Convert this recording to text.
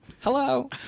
Hello